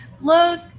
look